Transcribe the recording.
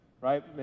right